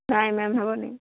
ନାଇଁ ମ୍ୟାମ୍ ହେବନି